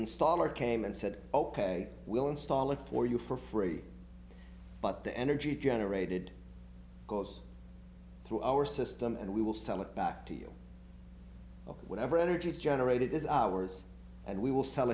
installer came and said ok we'll install it for you for free but the energy generated goes through our system and we will sell it back to you whatever energy is generated is ours and we will sell